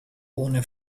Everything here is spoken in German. ohne